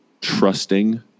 trusting